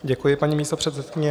Děkuji, paní místopředsedkyně.